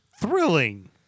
thrilling